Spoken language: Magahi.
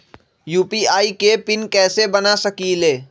यू.पी.आई के पिन कैसे बना सकीले?